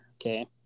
Okay